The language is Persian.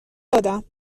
دادم